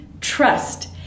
trust